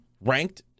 ranked